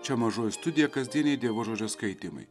čia mažoji studija kasdieniai dievo žodžio skaitymai